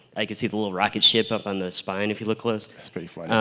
i can see the little rocket ship up on the spine if you look close. that's pretty funny.